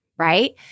right